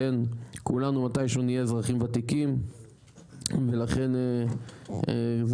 כולנו מתישהו נהיה אזרחים ותיקים ולכן זה